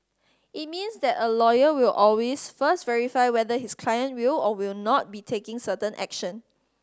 it means that a lawyer will always first verify whether his client will or will not be taking certain action